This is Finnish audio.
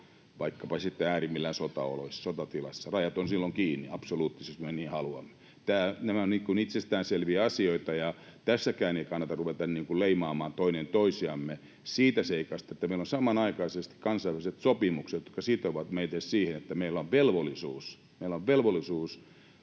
vaikkapa sitten äärimmillään sotaoloissa, sotatilassa. Rajat ovat silloin kiinni absoluuttisesti, jos me niin haluamme. Nämä ovat itsestäänselviä asioita, ja tässäkään ei kannata ruveta leimaamaan toinen toisiamme siitä seikasta, että meillä on samanaikaisesti kansainväliset sopimukset, jotka sitovat meitä siihen, että meillä on velvollisuus